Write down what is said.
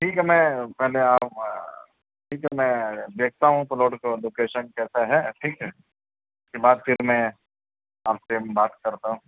ٹھیک ہے میں پہلے آؤں گا ٹھیک ہے میں دیکھتا ہوں پلاٹ کو لوکیشن کیسا ہے ٹھیک ہے اس کے بعد پھر میں آپ سے بات کرتا ہوں